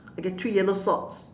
I get three yellow socks